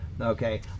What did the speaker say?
Okay